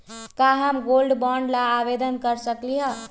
का हम gold bond ला आवेदन कर सकली ह?